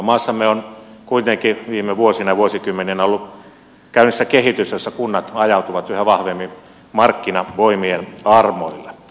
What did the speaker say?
maassamme on kuitenkin viime vuosina ja vuosikymmeninä ollut käynnissä kehitys jossa kunnat ajautuvat yhä vahvemmin markkinavoimien armoille